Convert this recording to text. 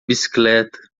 bicicleta